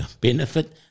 benefit